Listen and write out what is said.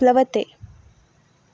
प्लवते